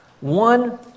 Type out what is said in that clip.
one